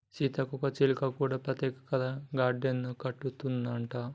సీతాకోక చిలుకలకు కూడా ప్రత్యేకమైన గార్డెన్లు కట్టిస్తాండ్లు